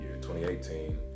2018